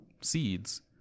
seeds